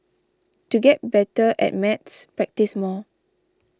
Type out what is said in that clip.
to get better at maths practise more